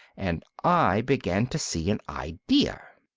and i began to see an idea.